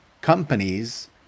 companies